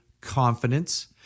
confidence